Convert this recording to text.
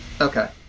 Okay